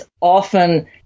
often